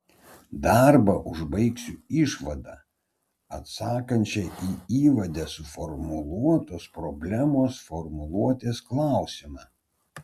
darbą užbaigsiu išvada atsakančia į įvade suformuluotos problemos formuluotės klausimą